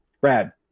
Brad